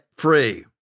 Free